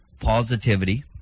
positivity